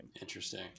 Interesting